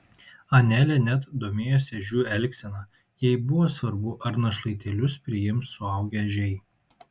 anelė net domėjosi ežių elgsena jai buvo svarbu ar našlaitėlius priims suaugę ežiai